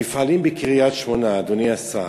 המפעלים בקריית-שמונה, אדוני השר,